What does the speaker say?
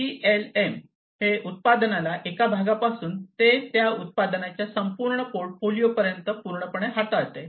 PLM हे उत्पादनाला एका भागापासून ते त्या उत्पादनाच्या संपूर्ण पोर्टफोलिओ पर्यंत पूर्णपणे हाताळते